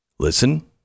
Listen